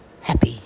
happy